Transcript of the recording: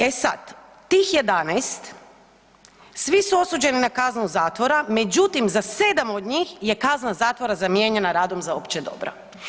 E sad, tih 11 svi su osuđeni na kaznu zatvora međutim za 7 od njih je kazna zatvora zamijenjena radom za opće dobro.